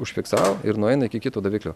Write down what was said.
užfiksavo ir nueina iki kito daviklio